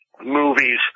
movies